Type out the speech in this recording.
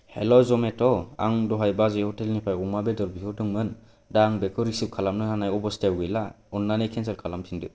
hello जमेट' आं दहाय बाजै हटेलनिफ्राय अमा बेदर बिहरदोंमोन दा आं बेखौ रिसिभ खालामनो हानाय अबस्थायाव गैला अननानै केनसेल खालामफिनदो